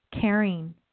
caring